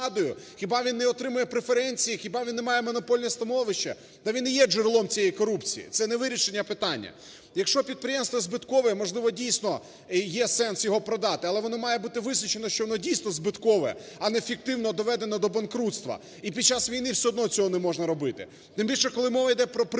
Хіба він не отримує преференції? Хіба він не має монопольне становище? Та він і є джерелом цієї корупції, це не вирішення питання. Якщо підприємство збиткове, можливо, дійсно є сенс його продати, але воно має бути визначено, що вони дійсно збиткове, а не фіктивно доведене до банкрутства. І під час війни все одно цього не можна робити, тим більше, коли мова іде про прибуткові